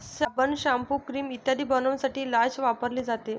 साबण, shampoo, cream इत्यादी बनवण्यासाठी लाच वापरली जाते